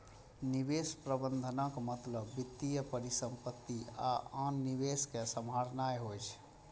निवेश प्रबंधनक मतलब वित्तीय परिसंपत्ति आ आन निवेश कें सम्हारनाय होइ छै